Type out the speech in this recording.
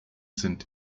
sind